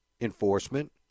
enforcement